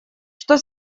что